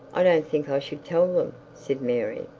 i don't think i should tell them said mary.